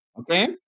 okay